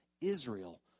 Israel